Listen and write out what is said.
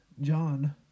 john